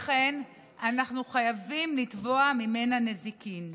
לכן אנחנו חייבים לתבוע ממנה נזיקין.